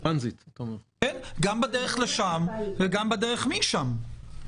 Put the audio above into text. גם בדרך לשם וגם בדרך משם?